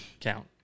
count